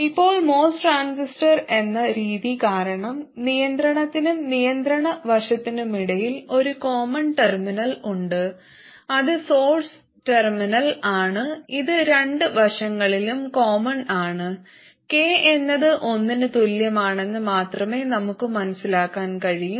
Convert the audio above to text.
ഇപ്പോൾ MOS transistor എന്ന രീതി കാരണം നിയന്ത്രണത്തിനും നിയന്ത്രണ വശത്തിനുമിടയിൽ ഒരു കോമൺ ടെർമിനൽ ഉണ്ട് അത് സോഴ്സ് ടെർമിനലാണ് ഇത് രണ്ട് വശങ്ങളിലും കോമൺ ആണ് k എന്നത് ഒന്നിന് തുല്യമാണെന്ന് മാത്രമേ നമുക്ക് മനസ്സിലാക്കാൻ കഴിയൂ